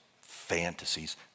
fantasies